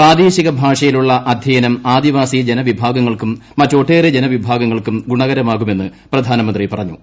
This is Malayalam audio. പ്രാദേശിക ഭാഷയിലുള്ള അധ്യായനം ആദിവാസി ജനവിഭാഗങ്ങൾക്കും മറ്റും ഒട്ടേറെ ജനവിഭാഗങ്ങൾക്കും ഗുണകരമാകുമെന്ന് പ്രധാനമന്ത്രി പറഞ്ഞു